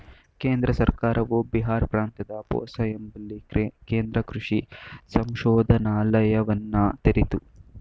ಕೇಂದ್ರ ಸರ್ಕಾರವು ಬಿಹಾರ್ ಪ್ರಾಂತ್ಯದ ಪೂಸಾ ಎಂಬಲ್ಲಿ ಕೇಂದ್ರ ಕೃಷಿ ಸಂಶೋಧನಾಲಯವನ್ನ ತೆರಿತು